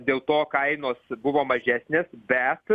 dėl to kainos buvo mažesnės bet